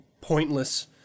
pointless